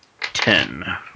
ten